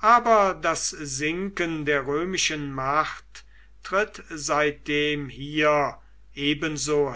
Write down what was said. aber das sinken der römischen macht tritt seitdem hier ebenso